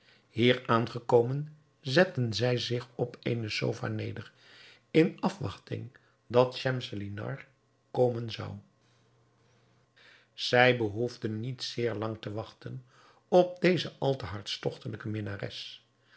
hier aangekomen zetten zij zich op eene sofa neder in afwachting dat schemselnihar komen zou zij behoefden niet zeer lang te wachten op deze al te hartstogtelijke minnares